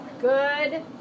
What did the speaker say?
Good